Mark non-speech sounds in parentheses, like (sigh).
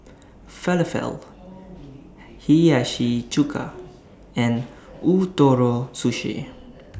Falafel Hiyashi Chuka and Ootoro (noise) Sushi